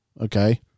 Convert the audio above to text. Okay